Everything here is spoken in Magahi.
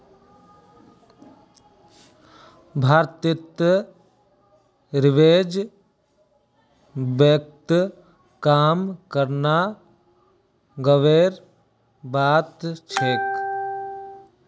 भारतीय रिजर्व बैंकत काम करना गर्वेर बात छेक